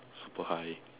super high